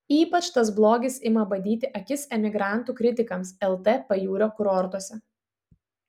ypač tas blogis ima badyti akis emigrantų kritikams lt pajūrio kurortuose